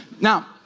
Now